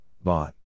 bot